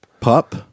Pup